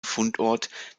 fundort